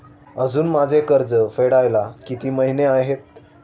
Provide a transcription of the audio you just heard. अजुन माझे कर्ज फेडायला किती महिने आहेत?